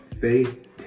Faith